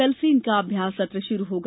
कल से इनका अभ्यास सत्र शुरू होगा